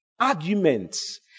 arguments